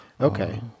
Okay